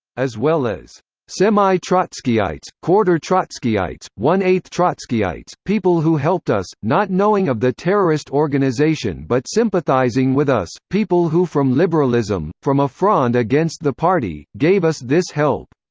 as well as semi-trotskyites, quarter-trotskyites, one-eighth-trotskyites, people who helped us, not knowing of the terrorist organization but sympathizing with us, people who from liberalism, from a fronde against the party, gave us this help.